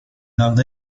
nord